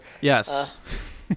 Yes